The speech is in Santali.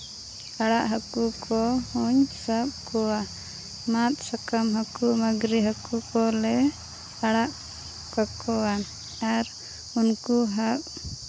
ᱟᱲᱟᱜ ᱦᱟᱹᱠᱩ ᱠᱚᱦᱚᱸᱧ ᱥᱟᱵ ᱠᱚᱣᱟ ᱢᱟᱫᱽ ᱥᱟᱠᱟᱢ ᱦᱟᱹᱠᱩ ᱢᱟᱹᱜᱽᱨᱤ ᱦᱟᱹᱠᱩ ᱠᱚᱞᱮ ᱟᱲᱟᱜ ᱠᱟᱠᱚᱣᱟ ᱟᱨ ᱩᱱᱠᱩ ᱦᱟᱸᱜ